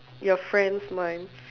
your friends minds